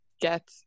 get